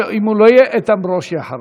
אם הוא לא יהיה, איתן ברושי אחריו.